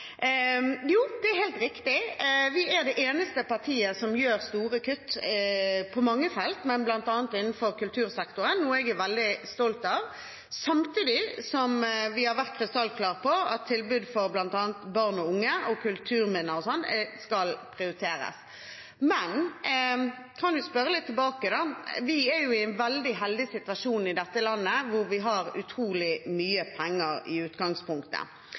Det er helt riktig, vi er det eneste partiet som gjør store kutt på mange felt, bl.a. innenfor kultursektoren – noe jeg er veldig stolt av. Samtidig har vi vært krystallklare på at tilbud for bl.a. barn og unge og kulturminner skal prioriteres. Jeg kan jo spørre litt tilbake, for vi er i en veldig heldig situasjon i dette landet, hvor vi har utrolig mye penger i utgangspunktet.